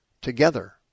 together